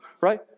right